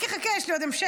חכה, חכה, יש לי עוד המשך.